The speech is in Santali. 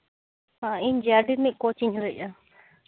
ᱚᱸᱻ ᱤᱧ ᱡᱤ ᱟᱨ ᱰᱤ ᱨᱤᱱᱤᱡ ᱠᱳᱪ ᱤᱧ ᱞᱟᱹᱭ ᱮᱫᱼᱟ